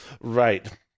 Right